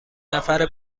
نفر